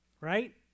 Right